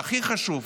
והכי חשוב,